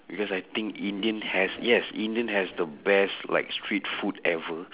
because I think indian has yes indian has the best like street food ever